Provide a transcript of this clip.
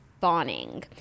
fawning